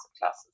classes